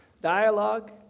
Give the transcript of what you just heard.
Dialogue